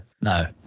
No